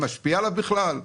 זה משפיע עליהם בכלל?